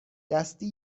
دستی